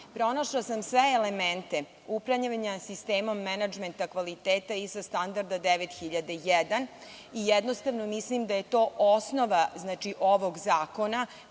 pronašla sam sve elemente upravljanja sistemom menadžmenta kvaliteta, ISO standarda 9001 i jednostavno mislim da je to osnova ovog zakona,